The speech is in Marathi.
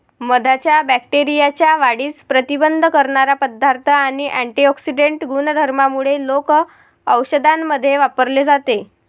मधाच्या बॅक्टेरियाच्या वाढीस प्रतिबंध करणारा पदार्थ आणि अँटिऑक्सिडेंट गुणधर्मांमुळे लोक औषधांमध्ये वापरले जाते